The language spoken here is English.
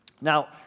Now